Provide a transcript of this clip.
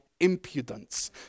impudence